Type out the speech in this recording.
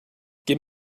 give